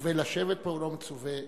מצווה לשבת פה, הוא לא מצווה להקשיב.